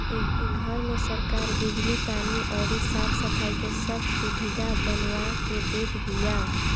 इ घर में सरकार बिजली, पानी अउरी साफ सफाई के सब सुबिधा बनवा के देत बिया